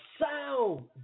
sound